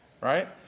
right